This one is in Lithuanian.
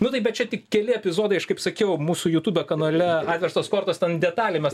nu tai bet čia tik keli epizodai aš kaip sakiau mūsų jutube kanale atverstos kortos ten detaliai mes